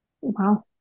Wow